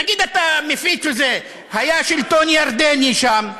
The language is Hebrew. תגיד, אתה מפיץ, היה שלטון ירדני שם.